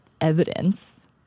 evidence